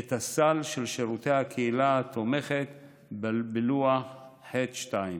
את הסל של שירותי הקהילה התומכת בלוח ח'2.